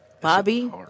Bobby